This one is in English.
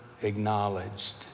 acknowledged